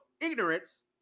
ignorance